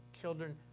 Children